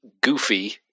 Goofy